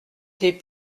des